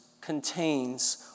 contains